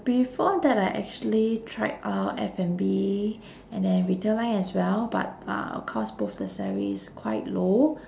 before that I actually tried uh F&B and then retail line as well but uh cause both the salaries quite low